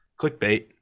clickbait